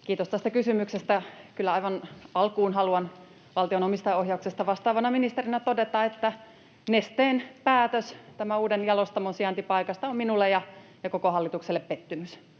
Kiitos tästä kysymyksestä. Kyllä aivan alkuun haluan valtion omistajaohjauksesta vastaavana ministerinä todeta, että Nesteen päätös tämän uuden jalostamon sijaintipaikasta on minulle ja koko hallitukselle pettymys.